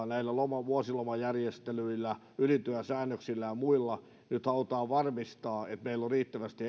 näillä vuosilomajärjestelyillä ylityösäännöksillä ja muilla nyt halutaan varmistaa että meillä on riittävästi